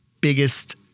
biggest